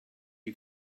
you